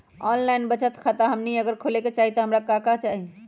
Online बचत खाता हमनी अगर खोले के चाहि त हमरा का का चाहि?